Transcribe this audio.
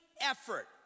effort